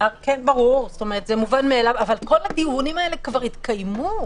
זה מובן מאליו, אבל כל הדיונים האלה כבר התקיימו.